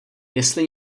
jestli